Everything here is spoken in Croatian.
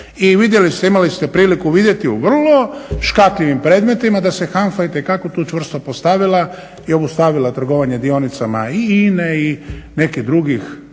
I vidjeli ste, imali ste priliku vidjeti u vrlo škakljivim predmetima da se HANFA itekako tu čvrsto postavila i obustavila trgovanje dionicama i INA-e i nekih drugih